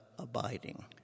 abiding